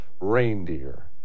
reindeer